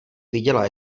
viděla